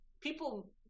people